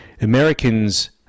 Americans